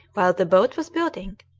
while the boat was building,